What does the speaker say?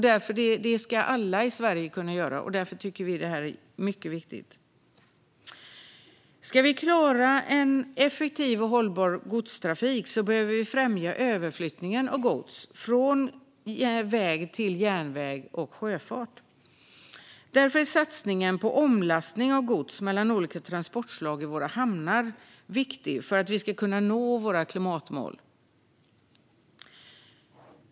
Det ska alla i Sverige kunna göra, och därför tycker vi att det här är mycket viktigt. Ska vi klara en effektiv och hållbar godstrafik och samtidigt nå våra klimatmål behöver vi främja överflyttningen av gods från väg till järnväg och sjöfart. Därför är satsningen på omlastning av gods mellan olika transportslag i våra hamnar viktig.